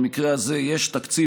במקרה הזה יש תקציב,